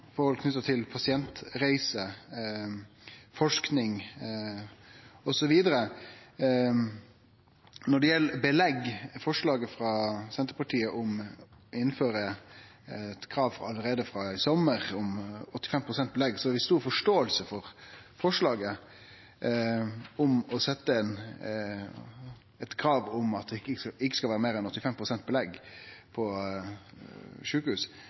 forhold knytte til pasientreiser, forsking osv. Når det gjeld forslaget frå Senterpartiet om å innføre eit krav allereie frå i sommar om at det ikkje skal vere meir enn 85 pst. belegg på sjukehusa, har vi stor forståing for det, men vi fryktar kva konsekvensane av det kan vere. Vi har allereie i dag overfylte sjukehus,